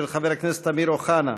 של חבר הכנסת אמיר אוחנה,